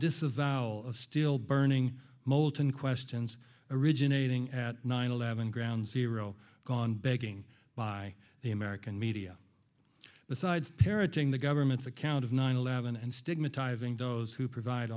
disavowal of still burning molten questions originating at nine eleven ground zero gone begging by the american media besides parroting the government's account of nine eleven and stigmatizing those who provide